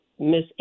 Miss